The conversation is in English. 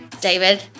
David